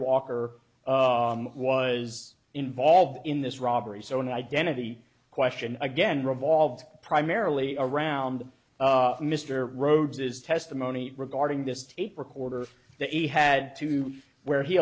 walker was involved in this robbery so an identity question again revolve primarily around mr rhodes is testimony regarding this tape recorder that he had to where he